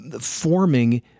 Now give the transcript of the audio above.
forming